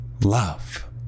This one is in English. Love